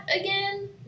again